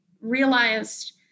realized